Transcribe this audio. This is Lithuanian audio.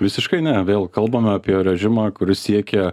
visiškai ne vėl kalbame apie režimą kuris siekia